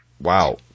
wow